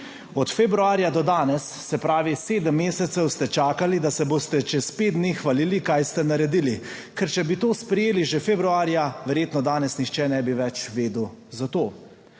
Od februarja do danes, se pravi sedem mesecev ste čakali, da se boste čez pet dni hvalili kaj ste naredili, ker če bi to sprejeli že februarja, verjetno danes nihče ne bi več vedel za to.